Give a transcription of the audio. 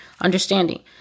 understanding